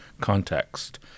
context